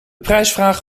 prijsvraag